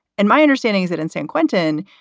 and my understanding is that in san quentin,